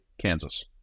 Kansas